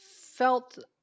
felt